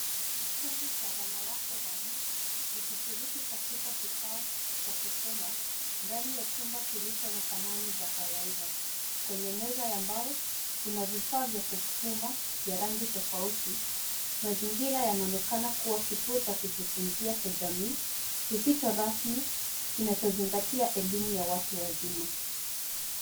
Kundi cha wanawake wanne wakishiriki katika kikao cha kufuma ndani ya chumba kilicho na samani za kawaida. Kwenye meza ya mbao kuna vifaa vya kufuma vya rangi tofauti, mazingira yanaonekana kuwa kituo cha kujifunzia cha jamii kisicho rasmi kinachozingtia elimu ya watu wazima.